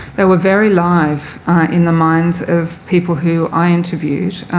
they were very live in the minds of people who i interviewed.